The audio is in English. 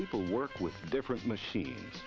people work with different machines